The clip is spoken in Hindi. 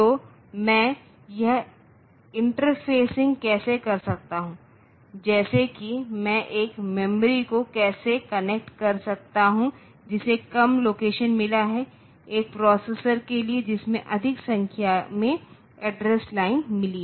तो मैं यह इंटरफेसिंग कैसे कर सकता हूं जैसे कि मैं एक मेमोरी को कैसे कनेक्ट कर सकता हूं जिसे कम लोकेशन मिला है एक प्रोसेसर के लिए जिसमें अधिक संख्या में एड्रेस लाइनें मिली हैं